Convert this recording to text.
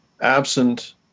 absent